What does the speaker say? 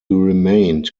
remained